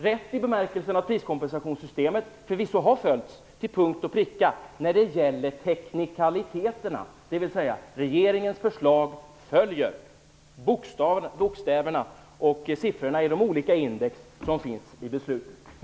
Rätt i bemärkelsen att priskompensationssystemet förvisso har följts, till punkt och pricka, när det gäller teknikaliteterna, dvs. att regeringens förslag följer bokstäverna och siffrorna i de olika index som finns i beslutet.